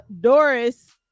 Doris